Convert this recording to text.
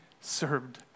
served